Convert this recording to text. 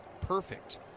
perfect